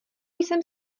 jsem